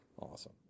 awesome